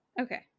Okay